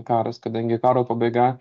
karas kadangi karo pabaiga